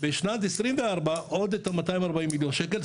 בשנת 2024 עוד את ה-240 מיליון שקלים,